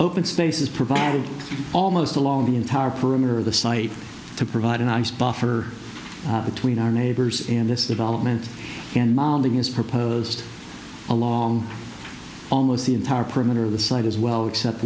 open spaces provided almost along the entire perimeter of the site to provide a nice buffer between our neighbors and this development is proposed along almost the entire perimeter of the site as well except